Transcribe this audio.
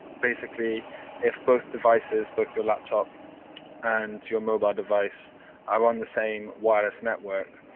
basically if both devices, both your laptop and your mobile device are on the same wireless network,